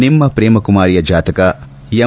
ನಿಮ್ಮ ಶ್ರೇಮಕುಮಾರಿಯ ಜಾತಕ ಎಂ